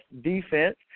defense